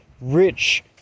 rich